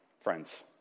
Friends